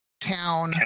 town